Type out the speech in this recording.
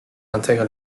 intègre